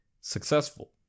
successful